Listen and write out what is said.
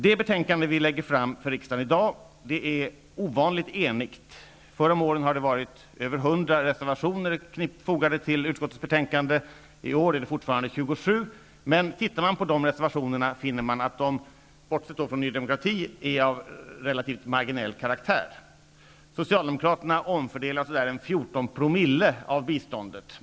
Det betänkande som läggs fram för riksdagen i dag är ovanligt enigt. Förr om åren har mer än 100 reservationer fogats till utskottets betänkande. I år är det 27, men om man läser dessa reservationer finner man att de, bortsett från Ny demokratis reservationer, är av relativt marginell karaktär. promille av biståndet.